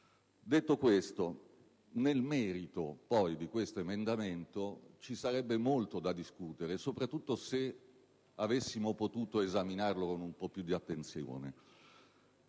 accettabile. Nel merito, poi, di questo emendamento ci sarebbe molto da discutere, soprattutto se avessimo potuto esaminarlo con un po' più di attenzione.